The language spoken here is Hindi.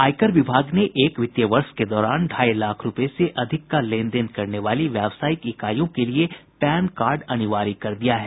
आयकर विभाग ने एक वित्तीय वर्ष के दौरान ढ़ाई लाख रूपये से अधिक का लेन देन करने वाली व्यवसायिक इकाईयों के लिए पैन कार्ड अनिवार्य कर दिया है